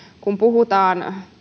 kun puhutaan